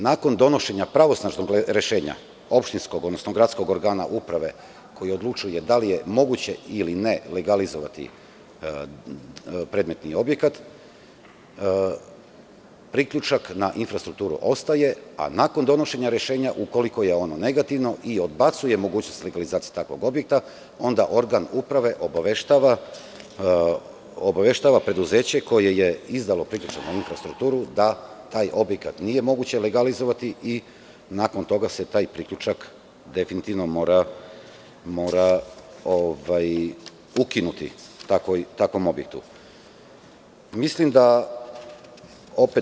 Nakon donošenja opštinskog pravosnažnog rešenja, odnosno gradskog organa uprave koji odlučuje da li je moguće ili ne legalizovati predmetni objekat, priključak na infrastrukturu ostaje, a nakon donošenja rešenja, ukoliko je ono negativno, i odbacuje mogućnost legalizacije takvog objekta, onda organ uprave obaveštava preduzeće koje je izdalo priključak na infrastrukturu da taj objekat nije moguće legalizovati i nakon toga se taj priključak takvom objektu definitivno mora ukinuti.